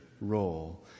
role